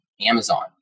Amazon